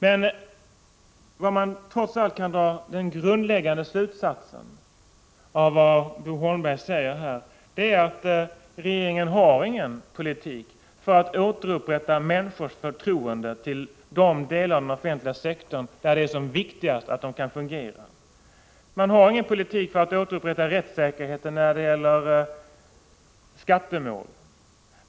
Den grundläggande slutsats som man kan dra av det Bo Holmberg säger är att regeringen inte har någon politik för att återupprätta människors förtroende för de delar av den offentliga sektorn där det är som viktigast att verksamheten fungerar. Man har ingen politik för att återupprätta rättssäkerheten när det gäller skattemål.